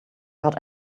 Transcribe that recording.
got